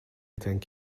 thank